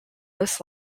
this